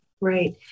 Right